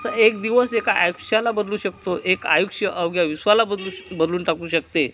तसं एक दिवस एका आयुष्याला बदलू शकतो एक आयुष्य अवघ्या विश्वाला बदलून बदलून टाकू शकते